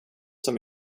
som